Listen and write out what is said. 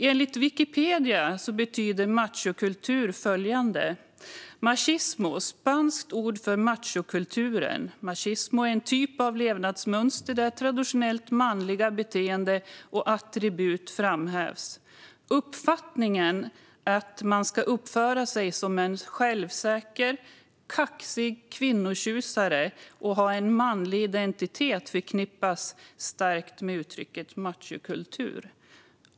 Enligt Wikipedia betyder machokultur följande: "Machismo, spanskt ord för machokulturen i främst latinamerikanska länder." Det står vidare: "Machismo är en typ av levnadsmönster där traditionellt manliga beteenden och attribut framhävs. Uppfattningen att en man ska uppföra sig som en självsäker, kaxig kvinnotjusare och ha en manlig identitet förknippas starkt med machokulturen."